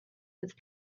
with